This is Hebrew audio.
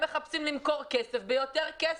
הם מחפשים למכור כסף ביותר כסף.